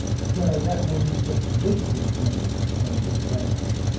so that means that recent memories are in the hippocampus,